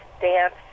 dance